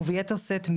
וביתר שאת,